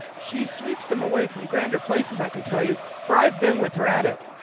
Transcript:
she sweeps them away from grander places, i can tell you, for i've been with her at it.